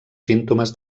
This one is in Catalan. símptomes